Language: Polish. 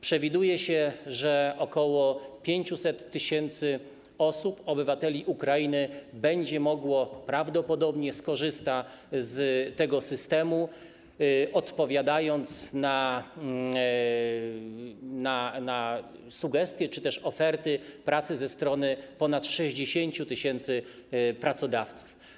Przewiduje się, że ok. 500 tys. osób, obywateli Ukrainy będzie mogło prawdopodobnie skorzystać z tego systemu, odpowiadając na sugestie czy też oferty pracy ze strony ponad 60 tys. pracodawców.